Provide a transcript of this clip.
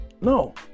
No